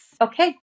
Okay